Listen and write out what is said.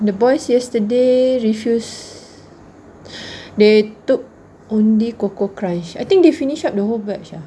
the boys yesterday refuse they took only coco crunch I think they finished up the whole batch ah